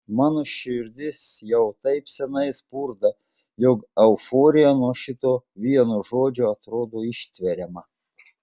mano širdis jau taip seniai spurda jog euforija nuo šito vieno žodžio atrodo ištveriama